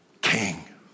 King